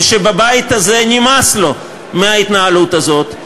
ושלבית הזה נמאס מההתנהלות הזאת,